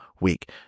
week